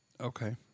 Okay